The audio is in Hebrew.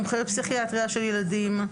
מומחה בפסיכיאטריה של ילדים.